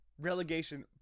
relegation